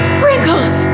Sprinkles